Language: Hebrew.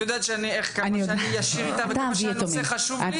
את יודעת כמה שאני ישיר איתך וכמה שהנושא חשוב לי.